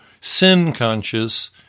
sin-conscious